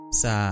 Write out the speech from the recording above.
sa